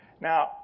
Now